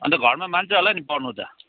अनि त घरमा मान्छ होला नि पढ्नु त